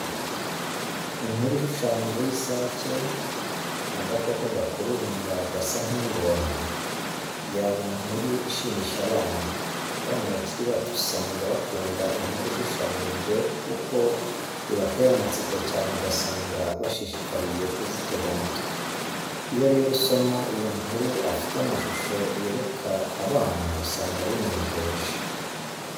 Inkuru ishushanije y'isake agakoko gakurura inda gasa nk'ingona yaba inkuru ishimisha abana. Abana bakiri bato usanga bakunda inkuru zishushanije kuko zibatera amatsiko cyane ugasanga bashishikariye kuzitega amatwi. Iyo rero usoma iyo nkuru afite amashusho yereka abana usanga binejeje.